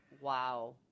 Wow